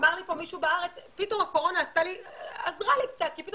אמר לי פה מישהו בארץ: פתאום הקורונה עזרה לי קצת כי פתאום